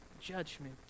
judgment